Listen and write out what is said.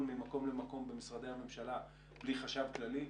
ממקום למקום במשרדי הממשלה בלי חשב כללי,